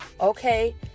okay